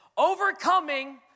Overcoming